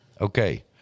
Okay